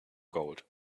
gold